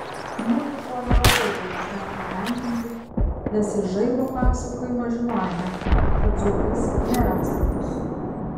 mudu tuo nelabai buvome patenkinti nes iš žaibo pasakojimo žinojome kad dzūkas nėra atsargus